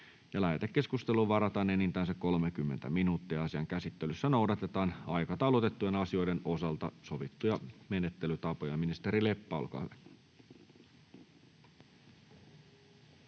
Lähetekeskusteluun varataan enintään se 30 minuuttia. Asian käsittelyssä noudatetaan aikataulutettujen asioiden osalta sovittuja menettelytapoja. — Ministeri Leppä, olkaa hyvä.